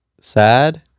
sad